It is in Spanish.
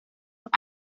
dos